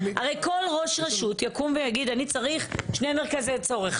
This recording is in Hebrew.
הרי כל ראש רשות יקום ויגיד אני צריך שני מרכזי חוסן.